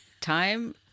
Time